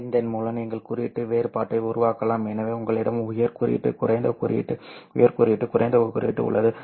எனவே இதன் மூலம் நீங்கள் குறியீட்டு வேறுபாட்டை உருவாக்கலாம் எனவே உங்களிடம் உயர் குறியீட்டு குறைந்த குறியீட்டு உள்ளது